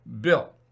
Bill